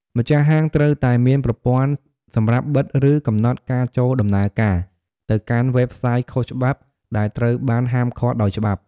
ម្ចាស់ហាង ត្រូវតែមាន ប្រព័ន្ធ សម្រាប់ បិទ ឬ កំណត់ការចូលដំណើរការ ទៅកាន់ វេបសាយខុសច្បាប់ ដែលត្រូវបាន ហាមឃាត់ដោយច្បាប់។